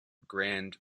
grand